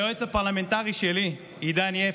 ליועץ הפרלמנטרי שלי עידן יפת,